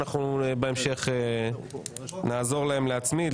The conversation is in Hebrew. בהמשך נעזור להן להצמיד,